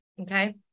okay